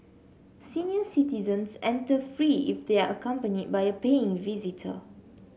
senior citizens enter free if they are accompanied by a paying visitor